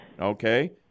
Okay